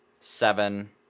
seven